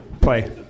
Play